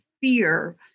fear